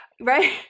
right